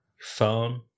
Phone